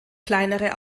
kleinere